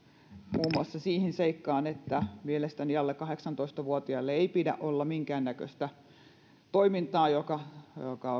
muun muassa siihen seikkaan että mielestäni alle kahdeksantoista vuotiaille ei pidä olla minkäännäköistä toimintaa joka